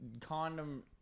condom